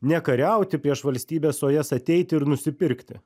nekariauti prieš valstybes o jas ateiti ir nusipirkti